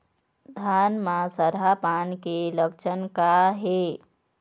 धान म सरहा पान के लक्षण का हे?